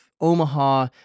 Omaha